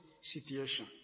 situation